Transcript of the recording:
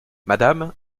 madame